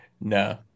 no